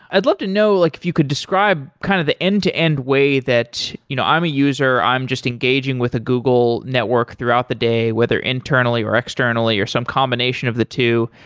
i'd love to know, like if you could describe kind of the end-to-end way that you know i'm a user, i'm just engaging with a google network throughout the day, whether internally or externally or some combination of the two,